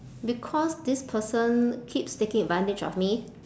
because this person keeps taking advantage of me